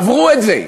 עברו את זה.